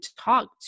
talk